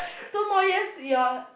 two more years you're